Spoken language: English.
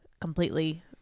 completely